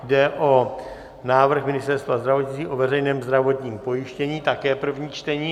Jde o návrh Ministerstva zdravotnictví o veřejném zdravotním pojištění, také první čtení.